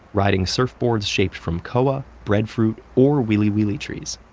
riding surfboards shaped from koa, breadfruit, or wiliwili trees.